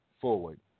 forward